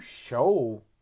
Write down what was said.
show